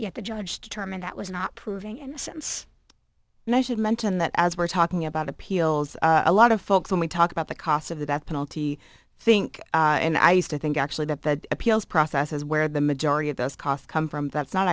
the judge determined that was not proving innocence measured menton that as we're talking about appeals a lot of folks when we talk about the cost of the death penalty think and i used to think actually that the appeals process is where the majority of those costs come from that's not